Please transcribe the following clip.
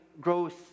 growth